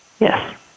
Yes